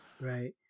right